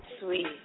Sweet